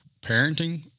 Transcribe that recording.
parenting